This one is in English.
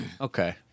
Okay